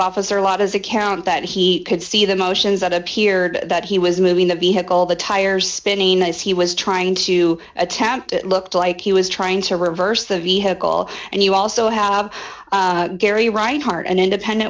officer lot as account that he could see the motions that appeared that he was moving the vehicle the tires spinning as he was trying to attempt it looked like he was trying to reverse the vehicle and you also have gary reinhardt an independent